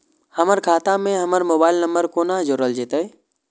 हमर खाता मे हमर मोबाइल नम्बर कोना जोरल जेतै?